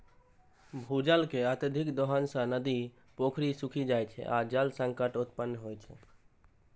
भूजल के अत्यधिक दोहन सं नदी, पोखरि सूखि जाइ छै आ जल संकट उत्पन्न होइ छै